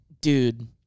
Dude